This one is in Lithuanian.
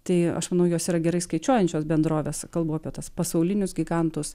tai aš manau jos yra gerai skaičiuojančios bendrovės kalbu apie tuos pasaulinius gigantus